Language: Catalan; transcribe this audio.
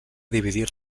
dividir